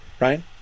Right